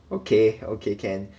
okay okay can